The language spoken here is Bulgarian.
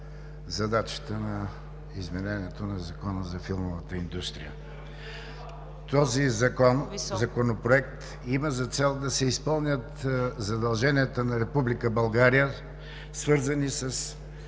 на изменението на Закона за филмовата индустрия. Този законопроект има за цел да се изпълнят задълженията на Република България, свързани с